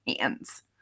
hands